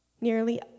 Nearly